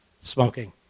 smoking